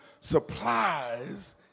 supplies